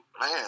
man